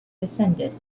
descended